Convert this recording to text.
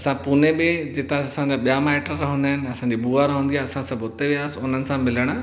असां पूने बि जितां असांजा ॿिया माइट रहंदा आहिनि असांजी बुआ रहंदी आहे असां सभु हुते विया हुननि सां मिलणु